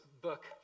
book